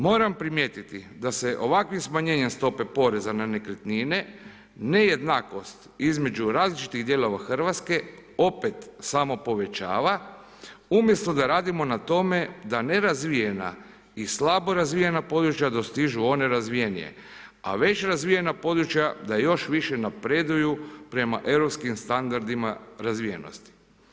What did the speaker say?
Moram primijetiti da se ovakvim smanjenjem stope poreza na nekretnine nejednakost između različitih dijelova Hrvatske opet samo povećava umjesto da radimo na tome da nerazvijena i slabo razvijena područja dostižu one razvijenije razvijena područja da još više napreduju prema europskim standardima razvijenosti.